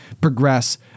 progress